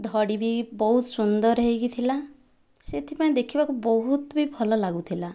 ଧଡ଼ି ବି ବହୁତ ସୁନ୍ଦର ହୋଇକି ଥିଲା ସେଥିପାଇଁ ଦେଖିବାକୁ ବହୁତ ବି ଭଲ ଲାଗୁଥିଲା